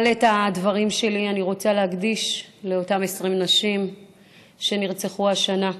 אבל את הדברים שלי אני רוצה להקדיש לאותן 20 נשים שנרצחו השנה,